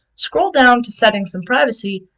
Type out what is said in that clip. scroll down to settings and privacy,